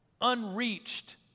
unreached